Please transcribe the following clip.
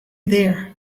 there